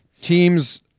teams